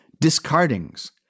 discardings